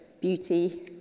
beauty